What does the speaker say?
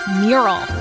mural